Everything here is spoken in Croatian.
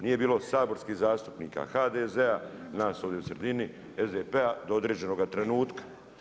Nije bilo saborskih zastupnika, HDZ-a, nas ovdje u sredini, SDP-a do određenoga trenutka.